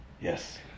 Yes